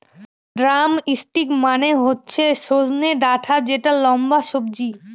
drumstick মানে হচ্ছে সজনে ডাটা যেটা লম্বা সবজি